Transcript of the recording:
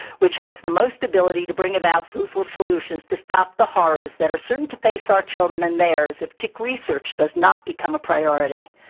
which has the most ability to bring about fruitful solutions to stop the horrors that are certain to face our children and theirs if tick research does not become a priority.